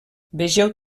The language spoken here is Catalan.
vegeu